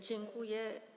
Dziękuję.